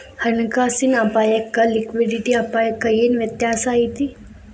ಹಣ ಕಾಸಿನ್ ಅಪ್ಪಾಯಕ್ಕ ಲಿಕ್ವಿಡಿಟಿ ಅಪಾಯಕ್ಕ ಏನ್ ವ್ಯತ್ಯಾಸಾ ಐತಿ?